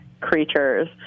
creatures